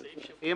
אם